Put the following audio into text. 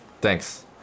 thanks